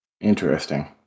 Interesting